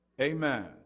Amen